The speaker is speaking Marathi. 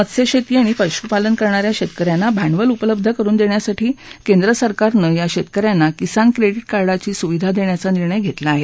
मत्स्यशेती आणि पशुपालन करणाऱ्या शेतकऱ्यांना भांडवल उपलब्ध करुन देण्यासाठी केंद्रसरकारनं या शेतकऱ्यांना किसान क्रेडीठ कार्डाची सुविधा देण्याचा निर्णय घेतला आहे